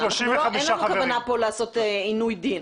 אין לנו כאן כוונה לעשות עינוי דין.